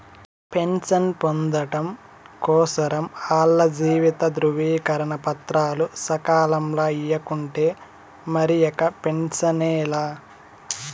pension పొందడం కోసరం ఆల్ల జీవిత ధృవీకరన పత్రాలు సకాలంల ఇయ్యకుంటే మరిక పెన్సనే లా